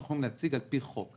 מה שאנחנו צריכים להציג על-פי חוק.